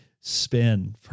spin